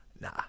Nah